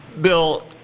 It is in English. Bill –